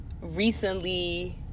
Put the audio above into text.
recently